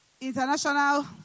International